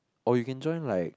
or you can join like